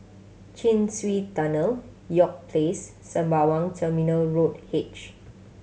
Chin Swee Tunnel York Place Sembawang Terminal Road H